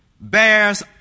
Bears